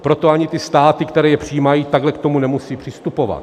Proto ani ty státy, které je přijímají, takhle k tomu nemusí přistupovat.